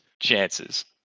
chances